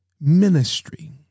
ministry